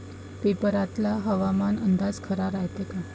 पेपरातला हवामान अंदाज खरा रायते का?